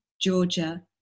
Georgia